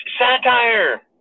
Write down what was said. satire